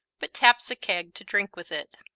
but taps a keg to drink with it.